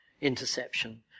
interception